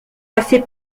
passer